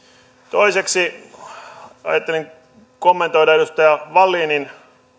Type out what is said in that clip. toiseksi ajattelin kommentoida edustaja wallinin